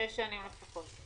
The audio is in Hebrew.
שש שנים לפחות.